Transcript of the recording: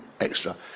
extra